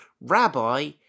Rabbi